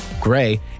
Gray